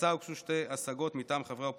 להצעה הוגשו שתי השגות מטעם חברי האופוזיציה,